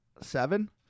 seven